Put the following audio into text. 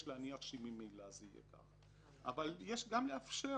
יש להניח שממילא זה יהיה כך, אבל גם יש לאפשר